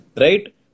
Right